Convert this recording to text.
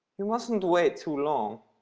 you mustn't wait too long.